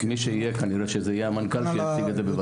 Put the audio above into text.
מה שיהיה, כנראה שזה יהיה המנכ"ל שיציג את זה.